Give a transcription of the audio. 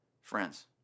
Friends